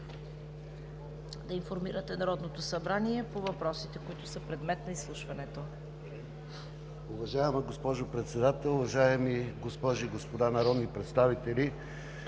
да информирате Народното събрание по въпросите, които са предмет на изслушването.